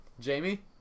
Jamie